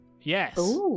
Yes